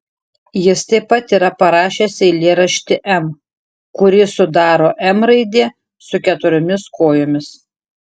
jis taip pat yra parašęs eilėraštį m kurį sudaro m raidė su keturiomis kojomis